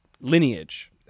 Lineage